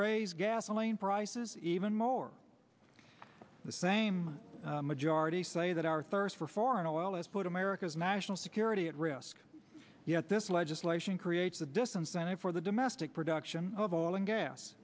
raise gasoline prices even more the same majority say that our thirst for foreign oil has put america's national security at risk yet this legislation creates a disincentive for the domestic production of oil and gas